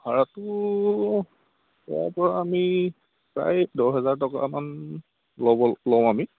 ভাৰাটো ইয়াৰ পৰা আমি প্ৰায় দহ হাজাৰ টকামান ল'ব লওঁ আমি